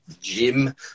gym